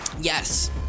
Yes